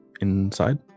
inside